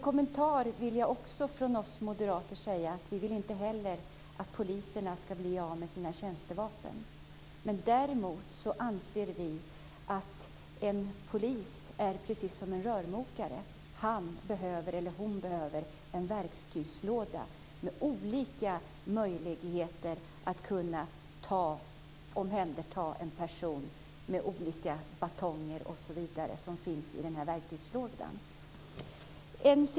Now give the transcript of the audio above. Jag vill också göra en kort kommentar. Vi moderater vill inte heller att poliserna ska bli av med sina tjänstevapen. Däremot anser vi att en polis är precis som en rörmokare. Han eller hon behöver en verktygslåda med olika möjligheter att kunna omhänderta en person med olika batonger osv. som finns i verktygslådan.